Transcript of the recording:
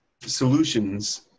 solutions